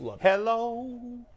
Hello